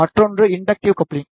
மற்றொன்று inductive coupling